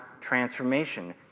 transformation